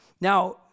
Now